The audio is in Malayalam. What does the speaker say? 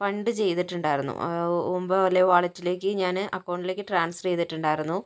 ഫണ്ട് ചെയ്തിട്ടുണ്ടായിരുന്നു മുമ്പോ അല്ലെങ്കിൽ വാലറ്റിലേക്ക് ഞാന് അക്കൗണ്ടിലേക്ക് ട്രാൻസ്ഫർ ചെയ്തിട്ടുണ്ടായിരുന്നു